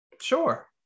Sure